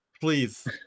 Please